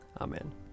Amen